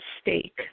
stake